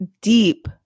deep